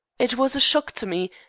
it was a shock to me,